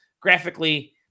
Graphically